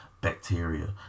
bacteria